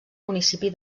municipi